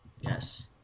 Yes